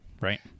right